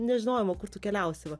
nežinojimo kur tu keliausi va